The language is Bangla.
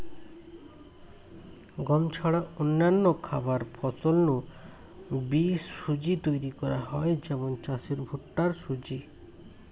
গম ছাড়া অন্যান্য খাবার ফসল নু বি সুজি তৈরি করা হয় যেমন চালের ভুট্টার সুজি